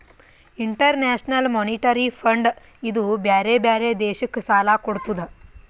international Monetary Fund ಇದೂ ಬ್ಯಾರೆ ಬ್ಯಾರೆ ದೇಶಕ್ ಸಾಲಾ ಕೊಡ್ತುದ್